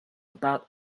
about